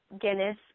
Guinness